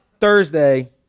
Thursday